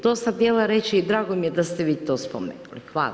To sam htjela reći i drago mi je da ste vi to spomenuli.